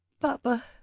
Papa